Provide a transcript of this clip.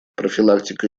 профилактика